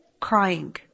crying